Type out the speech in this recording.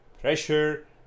pressure